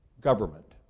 Government